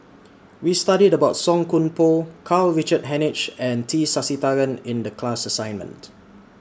We studied about Song Koon Poh Karl Richard Hanitsch and T Sasitharan in The class assignment